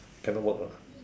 cannot work lah